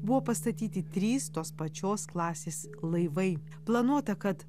buvo pastatyti trys tos pačios klasės laivai planuota kad